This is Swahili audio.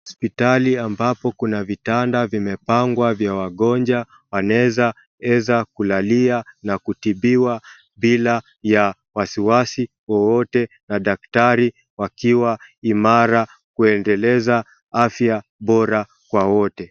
Hospitali ambapo kuna vitanda vimepangwa vya wagonjwa, anaweza weza kulalia na kutibiwa bila ya wasiwasi wowote, na daktari wakiwa imara kuendeleza afya bora kwa wote.